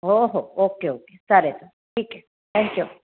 हो हो okay okay चालेल ठीक आहे थँक्यू